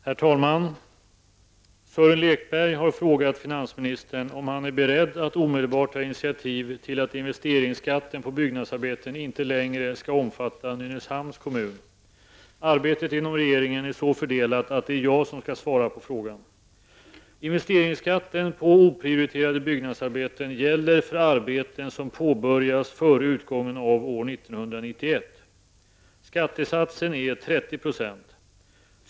Herr talman! Sören Lekberg har frågat finansministern om han är beredd att omedelbart ta initiativ till att investeringsskatten på byggnadsarbeten inte längre skall omfatta Arbetet inom regeringen är så fördelat att det är jag som skall svara på frågan.